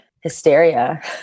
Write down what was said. hysteria